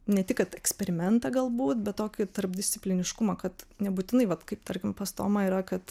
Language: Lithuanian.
ne tik kad eksperimentą galbūt bet tokį tarpdiscipliniškumą kad nebūtinai vat kaip tarkim pas tomą yra kad